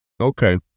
Okay